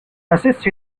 assist